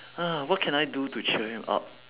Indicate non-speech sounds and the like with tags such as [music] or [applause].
[noise] what can I do to cheer him up